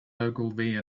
ogilvy